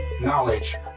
knowledge